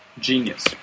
genius